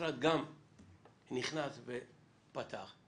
המשרד גם נכנס ופתח,